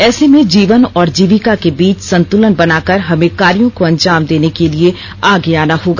ऐसे में जीवन और जीविका के बीच संतुलन बनाकर हमें कार्यों को अंजाम देने के लिए आगे आना होगा